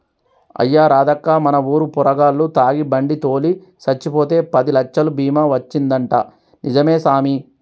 అయ్యా రాదక్కా మన ఊరు పోరగాల్లు తాగి బండి తోలి సచ్చిపోతే పదిలచ్చలు బీమా వచ్చిందంటా నిజమే సామి